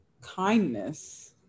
kindness